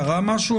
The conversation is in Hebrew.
קרה משהו?